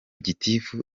gitifu